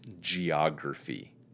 geography